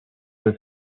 this